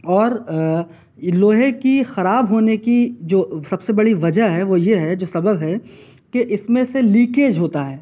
اور لوہے کی خراب ہونے کی جو سب سے بڑی وجہ ہے وہ یہ ہے جو سبب ہے کہ اِس میں سے لیکیج ہوتا ہے